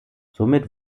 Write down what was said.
somit